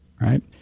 right